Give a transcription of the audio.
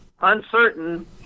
uncertain